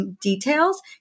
details